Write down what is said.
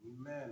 Amen